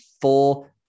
full